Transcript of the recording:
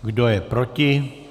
Kdo je proti?